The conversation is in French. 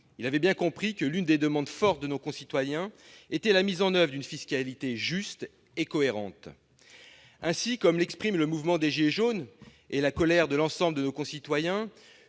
Il avait bien compris que l'une des demandes fortes de nos concitoyens était la mise en oeuvre d'une fiscalité juste et cohérente. En effet, comme l'exprime le mouvement des « gilets jaunes » et comme en témoigne la colère de l'ensemble de nos concitoyens,